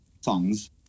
songs